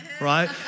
right